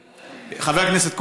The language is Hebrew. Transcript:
חבר הכנסת כהן,